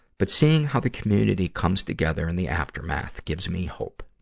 but seeing how the community comes together in the aftermath gives me hope.